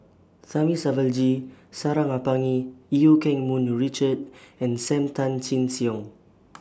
Thamizhavel G Sarangapani EU Keng Mun Richard and SAM Tan Chin Siong